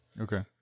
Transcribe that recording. Okay